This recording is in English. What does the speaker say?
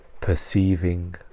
Perceiving